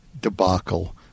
debacle